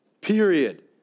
period